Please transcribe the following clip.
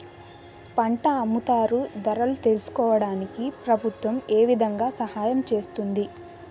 పంట అమ్ముతారు ధరలు తెలుసుకోవడానికి ప్రభుత్వం ఏ విధంగా సహాయం చేస్తుంది?